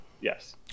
Yes